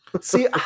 See